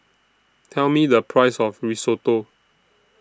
Tell Me The Price of Risotto